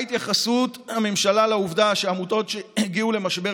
מה התייחסות הממשלה לעובדה שעמותות הגיעו למשבר